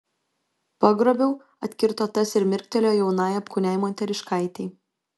pagrobiau atkirto tas ir mirktelėjo jaunai apkūniai moteriškaitei